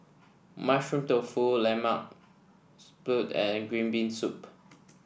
Mushroom Tofu Lemak Siput and Green Bean Soup